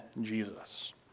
Jesus